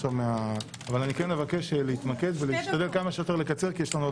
אבל אני מבקש להתמקד ולקצר ככל הניתן כי יש מליאה,